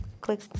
click